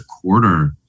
quarter